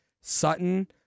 Sutton